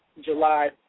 July